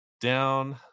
down